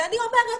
ואני אומרת,